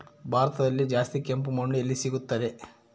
ಭಾರತದಲ್ಲಿ ಜಾಸ್ತಿ ಕೆಂಪು ಮಣ್ಣು ಎಲ್ಲಿ ಸಿಗುತ್ತದೆ?